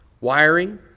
Wiring